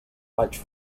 maig